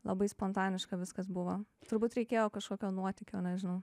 labai spontaniška viskas buvo turbūt reikėjo kažkokio nuotykio nežinau